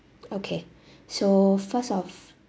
okay so first of